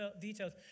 details